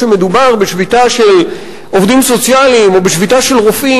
כשמדובר בשביתה של עובדים סוציאליים או בשביתה של רופאים,